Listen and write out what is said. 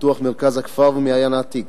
פיתוח מרכז הכפר והמעיין העתיק,